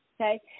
okay